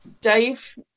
Dave